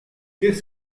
qu’est